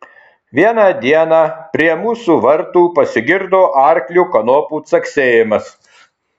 vieną dieną prie mūsų vartų pasigirdo arklio kanopų caksėjimas